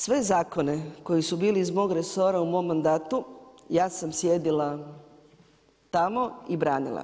Sve zakone koji su bili iz mog resora u mom mandatu, ja sam sjedila tamo i branila.